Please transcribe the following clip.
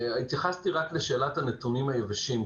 התייחסתי רק לשאלת הנתונים היבשים,